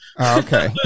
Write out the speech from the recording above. Okay